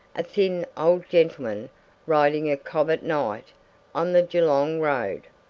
a thin old gentleman riding a cob at night on the geelong road.